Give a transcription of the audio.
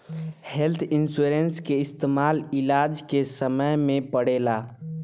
health insurance के इस्तमाल इलाज के समय में पड़ेला